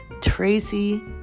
Tracy